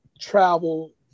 travel